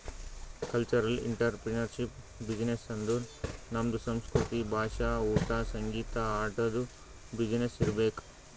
cultural entrepreneurship business ಅಂದುರ್ ನಮ್ದು ಸಂಸ್ಕೃತಿ, ಭಾಷಾ, ಊಟಾ, ಸಂಗೀತ, ಆಟದು ಬಿಸಿನ್ನೆಸ್ ಇರ್ಬೇಕ್